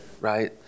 right